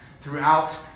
throughout